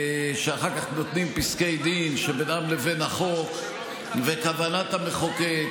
שאחר כך נותנים פסקי דין שבינם לבין החוק וכוונת המחוקק,